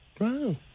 Wow